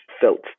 felt